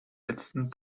letzten